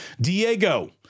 Diego